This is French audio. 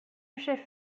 chef